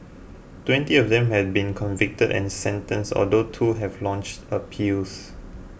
twenty of them have been convicted and sentenced although two have launched appeals